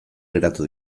geratu